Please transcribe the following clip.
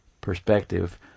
perspective